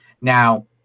Now